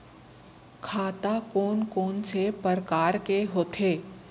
खाता कोन कोन से परकार के होथे?